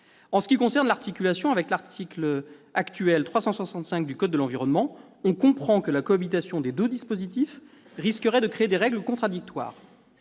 En ce qui concerne l'articulation avec l'actuel article L. 365-1 du code de l'environnement, on comprend que la cohabitation de deux dispositifs risquerait de créer des règles contradictoires.